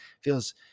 feels